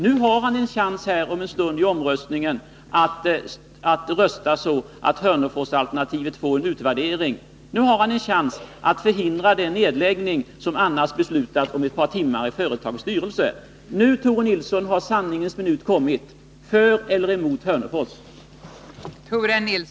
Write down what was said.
Nu har Tore Nilsson en chans att om en stund vid omröstningen rösta så, att Hörneforsalternativet får en utvärdering. Nu har han en chans att förhindra den nedläggning som det annars kommer att fattas beslut om i företagets styrelse om ett par timmar. Nu kommer sanningens minut, Tore Nilsson — för eller mot Hörnefors.